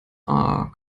are